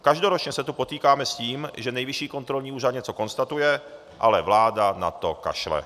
Každoročně se tu potýkáme s tím, že Nejvyšší kontrolní úřad něco konstatuje, ale vláda na to kašle.